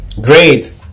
Great